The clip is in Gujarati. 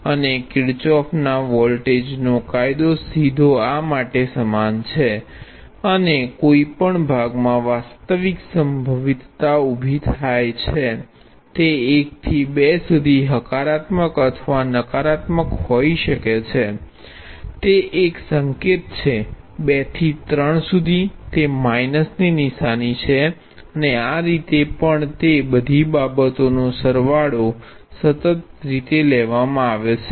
અને કિરચોફનો વોલ્ટેજ કાયદો સીધો આ માટે સમાન છે અને કોઈપણ ભાગમાં વાસ્તવિક સંભવિતતા ઉભી થાય છે તે 1 થી 2 સુધી હકારાત્મક અથવા નકારાત્મક હોઈ શકે છે તે એક સંકેત છે 2 થી 3 સુધી તે માઇનસ ની નિશાની છે અને આ રીતે પણ તે બધી બાબતો નો સરવાળો સતત રીતે લેવામાં આવે છે